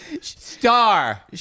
Star